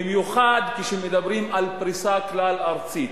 במיוחד כשמדברים על פריסה כלל-ארצית.